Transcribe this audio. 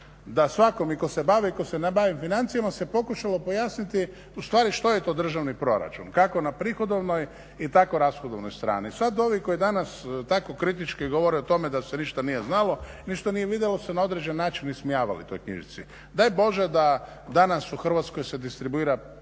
da svakom i tko se bavi i tko se ne bavi financijama se pokušalo pojasniti ustvari što je to državni proračun, kako na prihodovnoj i tako rashodovnoj strani. Sad ovi koji danas tako kritički govore o tome da se ništa nije znalo, ništa nije vidjelo, se ne na određeni način ismijavali toj knjižici. Taj Bože da danas u Hrvatskoj se distribuira par tisuća takvih